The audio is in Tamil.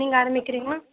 நீங்கள் ஆரம்மிக்கிறீங்களா